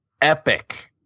epic